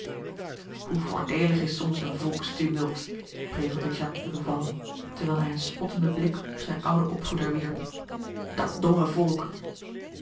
hoe voordeelig is soms een volkstumult prevelde jacques de beval terwijl hij een spottenden blik op zijn ouden opvoeder wierp dat domme volk